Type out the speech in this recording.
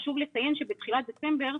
חשוב לציין שבתחילת דצמבר,